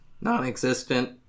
non-existent